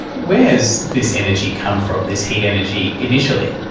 where does this energy come from, this heat energy initially?